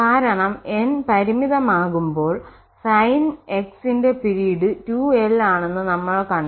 കാരണം n പരിമിതമാകുമ്പോൾ Sn ന്റെ പിരീഡ് 2l ആണെന്ന് നമ്മൾ കണ്ടു